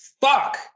Fuck